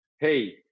hey